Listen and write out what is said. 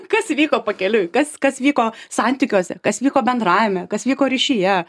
kas įvyko pakeliui kas kas vyko santykiuose kas vyko bendravime kas vyko ryšyje